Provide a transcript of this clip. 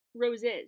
Roses